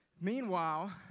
Meanwhile